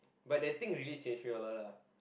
but that thing really changed me a lot ah